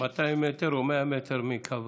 200 מטר או 100 מטר מקו,